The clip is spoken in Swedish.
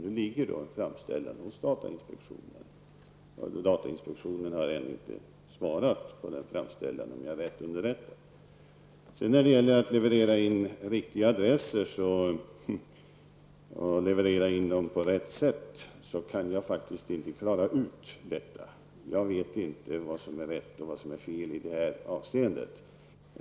Nu ligger en framställan hos datainspektionen, men datainspektionen har ännu inte svarat på denna framställan, om jag är riktigt underrättad. Frågan om att leverera in riktiga adresser och göra det på rätt sätt kan jag faktiskt inte klara ut. Jag vet inte vad som är rätt eller fel i det här avseendet.